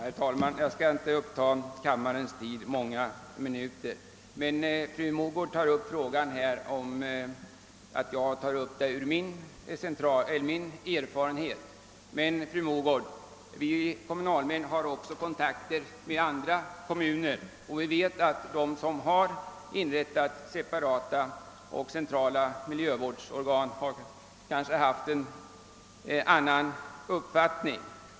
Herr talman! Jag skall inte ta kammarens tid i anspråk många minuter. Fru Mogård säger att jag bedömt frågan utifrån min egen erfarenhet. Men, fru Mogård, vi kommunalmän har också kontakter med andra kommuner, och vi vet att de som har inrättat separata och centrala miljövårdsorgan kanske haft en annan uppfattning.